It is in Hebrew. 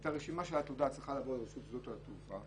הרשימה של העתודה צריכה לעבור לרשות שדות התעופה,